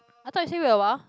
I thought you say wait awhile